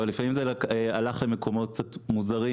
אבל לפעמים זה הלך למקומות קצת מוזרים